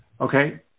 Okay